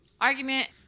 argument